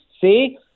see